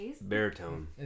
Baritone